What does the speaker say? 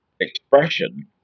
expression